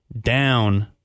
down